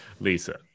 lisa